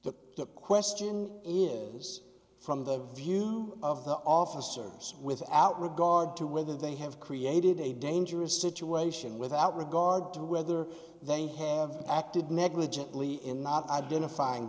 shot the question is from the view of the officers without regard to whether they have created a dangerous situation without regard to whether they have acted negligently in not identifying